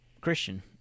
Christian